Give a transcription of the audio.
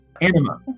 Anima